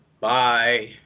Bye